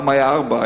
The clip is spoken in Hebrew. פעם היו ארבעה,